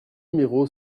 numéro